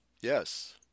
yes